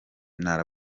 intara